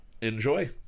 Enjoy